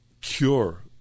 cure